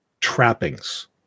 trappings